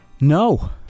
no